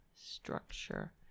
structure